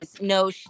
no